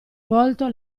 volto